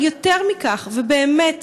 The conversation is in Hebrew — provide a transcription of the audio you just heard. אבל יותר מכך, באמת,